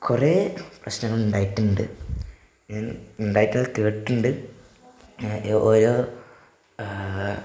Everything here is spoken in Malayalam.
കുറേ പ്രശ്നങ്ങളുണ്ടായിട്ടുണ്ട് ഉണ്ടായിട്ട്ന്ന് കേട്ടിട്ടുണ്ട് ഓരോ